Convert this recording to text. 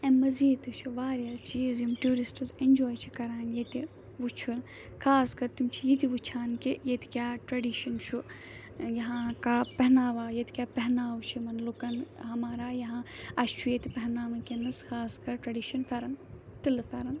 اَمہِ مٔزیٖد تہِ چھِ واریاہ چیٖز یِم ٹیوٗرِسٹٕز ایٚنجواے چھِ کَران ییٚتہِ وُچھُن خاص کَر تِم چھِ یہِ تہِ وُچھان کہِ ییٚتہِ کیٛاہ ٹرٛیٚڈِشَن چھُ ٲں یہاں کا پہٚہناوا ییٚتہِ کیاہ پیٚہناو چھِ یِمَن لوٗکَن ہَمارا یہاں اسہِ چھُ ییٚتہِ پیٚہناو وُنکیٚس خاص کَر ٹرٛیڈِشَن پھیٚرَن تِلہٕ پھیٚرَن